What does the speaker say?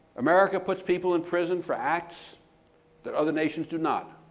america puts people in prison for acts that other nations do not,